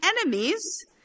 enemies